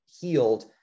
healed